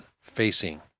facing